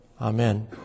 Amen